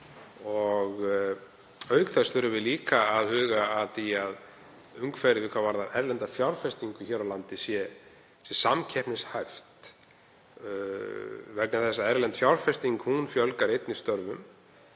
Auk þess þurfum við að huga að því að umhverfi fyrir erlenda fjárfestingu hér á landi sé samkeppnishæft, vegna þess að erlend fjárfesting fjölgar einnig störfum.